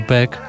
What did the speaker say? Back